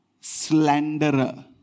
slanderer